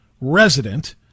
resident